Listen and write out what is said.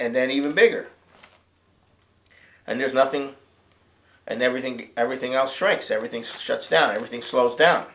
and then even bigger and there's nothing and everything everything else strikes everything stretched out everything slows down